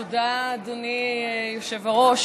תודה, אדוני היושב-ראש.